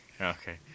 Okay